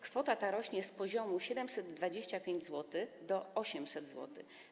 Kwota ta rośnie z poziomu 725 zł do 800 zł.